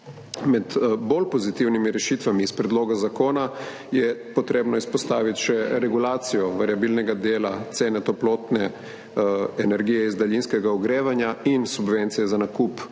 Med bolj pozitivnimi rešitvami iz predloga zakona je potrebno izpostaviti še regulacijo variabilnega dela cene toplotne energije iz daljinskega ogrevanja in subvencije za nakup